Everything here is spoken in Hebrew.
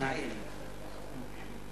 בשפה הערבית: